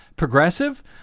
Progressive